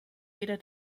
weder